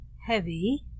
heavy